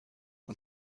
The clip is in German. und